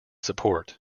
support